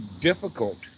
difficult